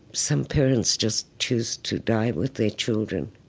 some parents just choose to die with their children.